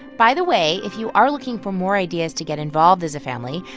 by the way, if you are looking for more ideas to get involved as a family,